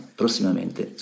prossimamente